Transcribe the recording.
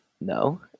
no